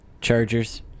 Chargers